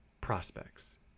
prospects